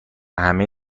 همه